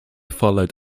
followed